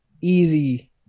easy